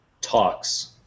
talks